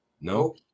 No